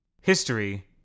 history